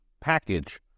package